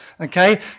Okay